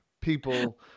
people